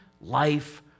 life